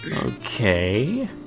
Okay